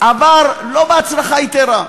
עבר לא בהצלחה יתרה.